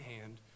hand